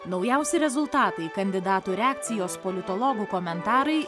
naujausi rezultatai kandidatų reakcijos politologų komentarai